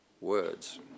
words